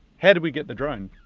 how did we get the drone,